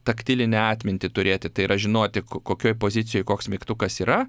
taktilinę atmintį turėti tai yra žinoti kokioj pozicijoj koks mygtukas yra